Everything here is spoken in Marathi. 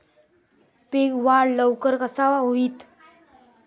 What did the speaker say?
पीक वाढ लवकर कसा होईत?